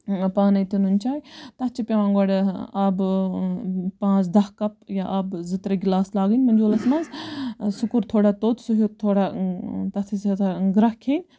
پانے تہٕ نُن چاے تتھ چھِ پیٚوان گۄڈٕ آبہٕ پانٛژھ داہہ کَپ یا آبہٕ زٕ ترےٚ گلاس لاگٕنۍ مَنجولَس مَنٛز سُہ کوٚر تھوڑا توٚت سُہ ہیوٚت تھوڑا تتھ ٲسۍ گرکھ یِن